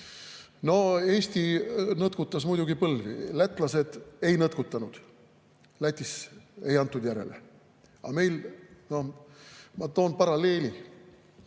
No Eesti nõtkutas muidugi põlvi. Lätlased ei nõtkutanud, Lätis ei antud järele. Ma toon paralleeli